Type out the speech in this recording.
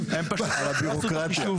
הם פשוט לא עשו את החישוב